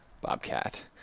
bobcat